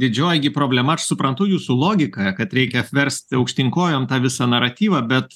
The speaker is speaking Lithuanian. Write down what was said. didžioji gi problema aš suprantu jūsų logiką kad reikia apversti aukštyn kojom tą visą naratyvą bet